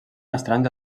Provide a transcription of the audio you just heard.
estranys